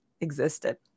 existed